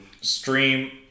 stream